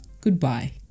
Goodbye